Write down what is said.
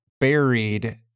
buried